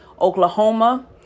Oklahoma